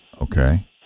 Okay